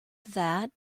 that